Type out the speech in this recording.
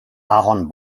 ahorn